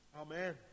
Amen